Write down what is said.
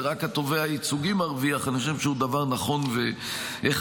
ורק התובע הייצוגי מרוויח אני חושב שהוא דבר נכון והכרחי.